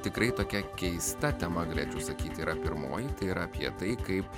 tikrai tokia keista tema galėčiau sakyti yra pirmoji ir apie tai kaip